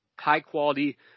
High-quality